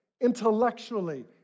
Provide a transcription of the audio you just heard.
intellectually